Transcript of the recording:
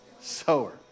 sower